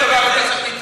כל דבר אתה צריך להתערב?